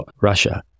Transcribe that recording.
Russia